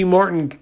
Martin